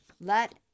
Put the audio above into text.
let